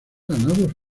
ganados